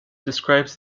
describes